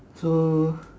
so